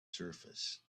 surface